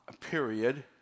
period